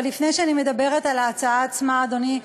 אבל לפני שאדבר על ההצעה עצמה, אדוני,